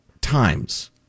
times